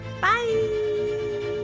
Bye